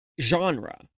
genre